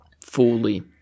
fully